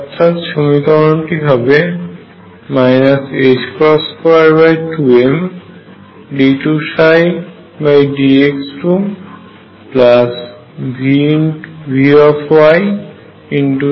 অর্থাৎ সমীকরণটি হবে 22md2dx2VyyEψy